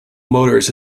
motors